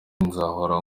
nzahora